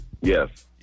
Yes